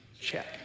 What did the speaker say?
check